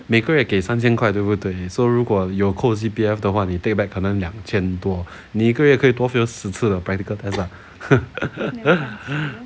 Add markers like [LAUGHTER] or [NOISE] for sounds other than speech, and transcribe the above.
每个月给三千块对不对 so 如果有扣 C_P_F 的话你 back 可能两千多你一个月可以多 fail 十次的 practical test lah [LAUGHS]